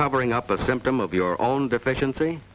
covering up a symptom of your own deficiency